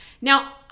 Now